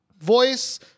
voice